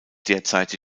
derzeit